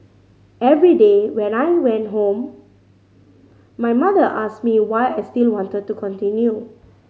every day when I went home my mother asked me why I still wanted to continue